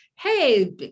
hey